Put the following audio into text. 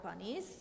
bunnies